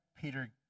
Peter